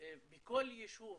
בכל יישוב,